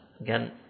again